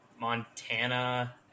Montana